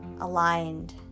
aligned